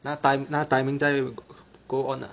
那 tim~ 那 timing 在 go on ah